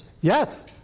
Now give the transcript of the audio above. yes